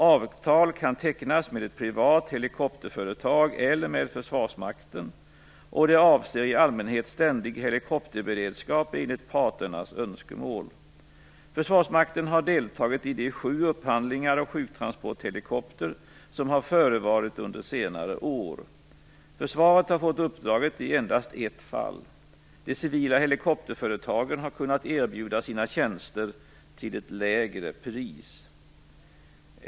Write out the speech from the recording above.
Avtal kan tecknas med ett privat helikopterföretag eller med Försvarsmakten och det avser i allmänhet ständig helikopterberedskap enligt parternas önskemål. Försvarsmakten har deltagit i de sju upphandlingar av sjuktransporthelikopter som har förevarit under senare år. Försvaret har fått uppdraget i endast ett fall. De civila helikopterföretagen har kunnat erbjuda sina tjänster till ett lägre pris.